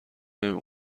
نمی